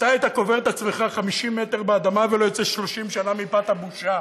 אתה היית קובר את עצמך 50 מטר באדמה ולא יוצא 30 שנה מפאת הבושה.